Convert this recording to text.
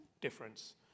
difference